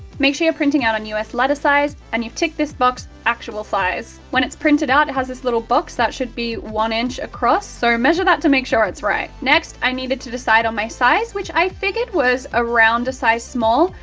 make sure you are printing out on us letter size, and you've ticked this box actual size. when it's printed out it has this little box that should be one inch across, so measure that to make sure it's right. next, i needed to decide on my size, which i figured was around a size small,